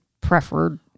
preferred